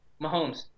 Mahomes